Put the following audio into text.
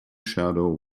shadow